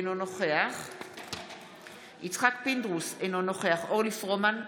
אינו נוכח יצחק פינדרוס, אינו נוכח אורלי פרומן,